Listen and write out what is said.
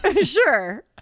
sure